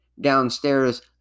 downstairs